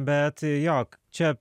bet jo čia